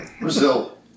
Brazil